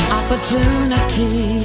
opportunity